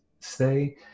say